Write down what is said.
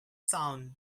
sound